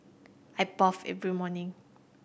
I bathe every morning